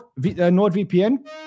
NordVPN